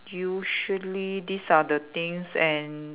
usually these are the things and